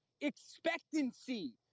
Expectancy